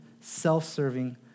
self-serving